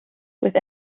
with